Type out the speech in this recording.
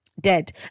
dead